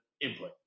input